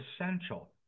essential